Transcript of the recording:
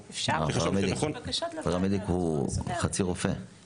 פרמדיק הוא חצי רופא עם הפעולות שהוא עושה.